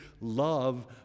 love